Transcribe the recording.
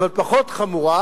אבל פחות חמורה,